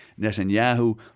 Netanyahu